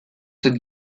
cette